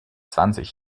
zwanzig